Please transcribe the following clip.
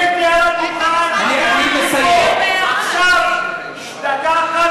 לצאת ולהשתתף במעגל העבודה, זה הכול.